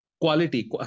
Quality